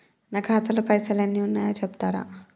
నా ఖాతా లా పైసల్ ఎన్ని ఉన్నాయో చెప్తరా?